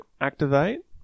activate